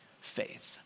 faith